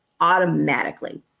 automatically